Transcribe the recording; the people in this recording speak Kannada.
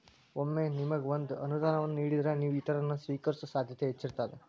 ಒಮ್ಮೆ ನಿಮಗ ಒಂದ ಅನುದಾನವನ್ನ ನೇಡಿದ್ರ, ನೇವು ಇತರರನ್ನ, ಸ್ವೇಕರಿಸೊ ಸಾಧ್ಯತೆ ಹೆಚ್ಚಿರ್ತದ